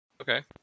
Okay